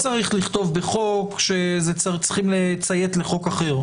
אבל לא צריך לכתוב בחוק שצריך לציית לחוק אחר.